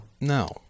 No